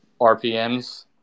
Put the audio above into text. RPMs